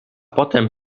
potem